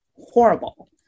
horrible